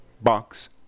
box